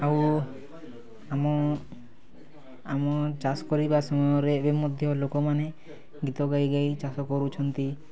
ଆଉ ଆମ ଆମ ଚାଷ କରିବା ସମୟରେ ଏବେ ମଧ୍ୟ ଲୋକମାନେ ଗୀତ ଗାଇ ଗାଇ ଚାଷ କରୁଛନ୍ତି